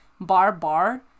bar-bar